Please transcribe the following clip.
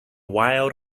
wild